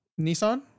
Nissan